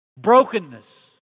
Brokenness